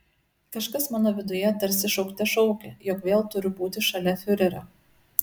kažkas mano viduje tarsi šaukte šaukė jog vėl turiu būti šalia fiurerio